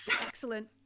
Excellent